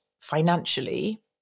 financially